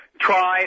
try